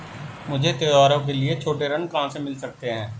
मुझे त्योहारों के लिए छोटे ऋण कहां से मिल सकते हैं?